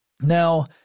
Now